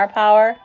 power